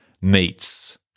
meets